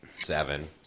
Seven